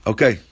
Okay